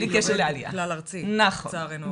הגיל יורד כלל ארצי לצערנו הרב.